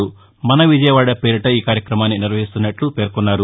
మన విజయవాడ పేరిట ఈ కార్యక్రమాన్ని నిర్వహిస్తున్నట్లు పేర్కొన్నారు